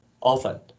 often